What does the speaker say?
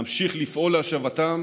להמשיך לפעול להשבתם